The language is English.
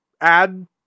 add